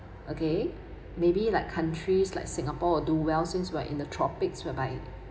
okay maybe like countries like singapore do well since we're in the tropics whereby